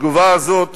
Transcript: התגובה הזאת